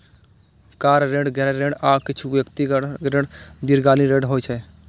car ऋण, गृह ऋण, आ किछु व्यक्तिगत ऋण दीर्घकालीन ऋण होइ छै